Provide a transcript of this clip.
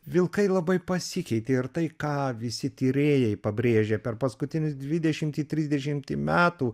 vilkai labai pasikeitė ir tai ką visi tyrėjai pabrėžia per paskutinius dvidešimtį trisdešimtį metų